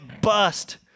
bust